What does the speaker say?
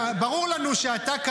ברור לנו שאתה,